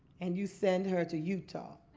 and you send her to utah